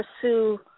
pursue